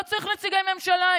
לא צריך נציגי ממשלה,